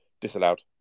disallowed